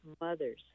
mothers